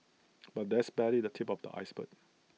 but that's barely the tip of the iceberg